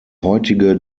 heutige